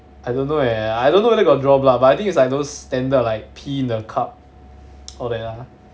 I don't know leh I don't know whether got draw blood but I think it's like those standard like pee the cup all that ah